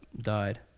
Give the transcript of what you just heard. died